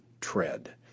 tread